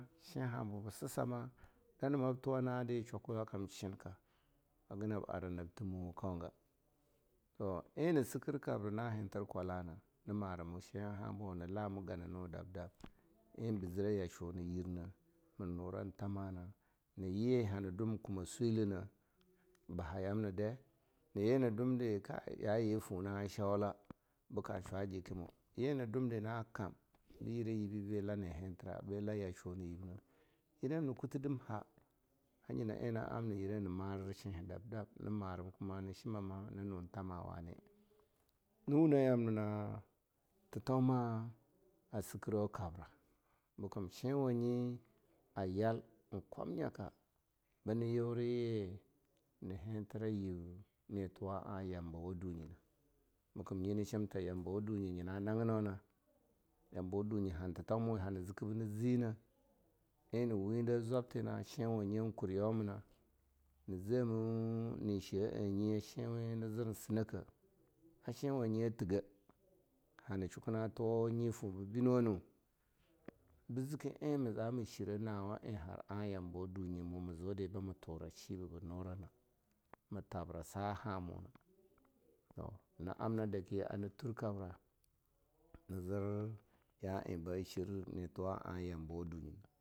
Shin habu ba sisama, dana mab tuwa na'adi shwakwa ya kam shinka, haga nab ara nab toteh muwa, kaynga. toh eh na sikir kabra na hintir kwala na, na maramu shin habo na lama gananwa dab-dab eh ba zirah yashwuwa na yirna ma nuran thama na, nayi hanma dwum kuma swilinah ba ha yamna dade, na yi na dwum di yayi foh na shaula bika shwa jikimoh. yina dwum di na kam bi yireyi bi bilona hintira'a, bila yashwuwa nayiba. yire yamna kutidim ha! a nyina eh na amna yire hana marir shinha dab-dab, na marib kute na shimama na nun thama wani na wuna yamnina titauma a sikirau kabra, bikem shinwanyi yal en kwamnya ka bina yura ye na hintira yib netuwa yambawa dunyina, bikam nyin shimta yambawa dunye nyina nagino na, yamabwa dunyi han titoma wi hana ziki bini zinah. en wunde zwabtina shinwaniyi kur yomina, na zemu he she'anyi shinwi na zir sinaka, a shinwanyi tigeh, hana shuka na tuwa nyi foh ba bino-no, bi ziki en me zami shine nawa en hara yambo dunyi mu ma ziu di bamu tum shi ba ba nura na, mathbra saja muna, toh na amna a daki na tura kabra na zir ya eh ba shir hetuwa a yambo dunyi nah.